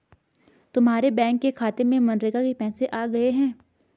तुम्हारे बैंक के खाते में मनरेगा के पैसे आ गए हैं